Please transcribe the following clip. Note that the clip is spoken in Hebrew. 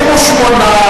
אין להם, בעד, 38,